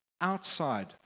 outside